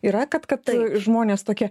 yra kad kad žmonės tokie